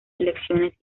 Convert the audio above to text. elecciones